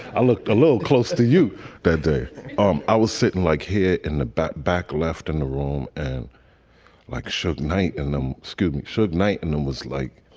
i looked a little close to you that day um i was sitting like here in the back, left in the room and like, should night and um scooting should night. and then was like.